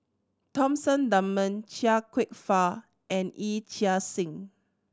Thomas Dunman Chia Kwek Fah and Yee Chia Hsing